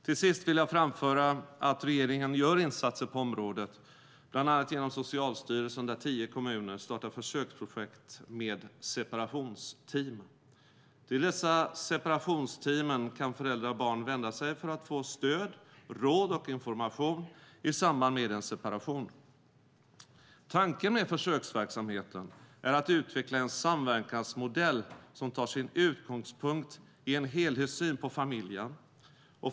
Till sist vill jag framföra att regeringen gör insatser på området, bland annat genom Socialstyrelsen, där tio kommuner startar försöksprojekt med separationsteam. Till dessa separationsteam kan föräldrar och barn vända sig för att få stöd, råd och information i samband med en separation. Tanken med försöksverksamheten är att utveckla en samverkansmodell som tar sin utgångspunkt i en helhetssyn på familjen.